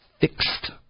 Fixed